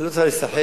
לא צריך להיסחף.